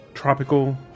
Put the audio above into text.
Tropical